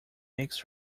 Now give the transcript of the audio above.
makes